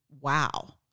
wow